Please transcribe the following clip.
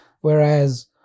whereas